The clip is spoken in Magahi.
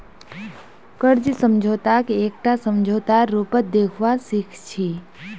कर्ज समझौताक एकटा समझौतार रूपत देखवा सिख छी